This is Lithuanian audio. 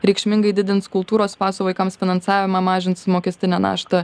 reikšmingai didins kultūros paso vaikams finansavimą mažins mokestinę naštą